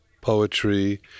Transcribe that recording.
poetry